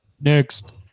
Next